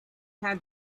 have